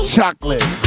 Chocolate